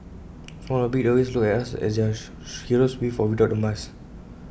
small or big they always look at us as their heroes with or without the mask